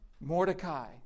Mordecai